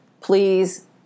please